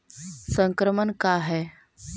संक्रमण का है?